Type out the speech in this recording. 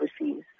overseas